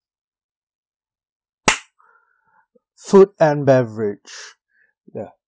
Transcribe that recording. food and beverage ya